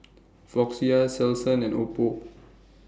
Floxia Selsun and Oppo